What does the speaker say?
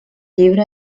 llibre